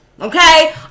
Okay